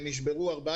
אנחנו נשמח להצביע בעד